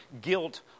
guilt